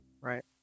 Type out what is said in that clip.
Right